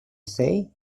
say